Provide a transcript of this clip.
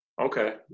Okay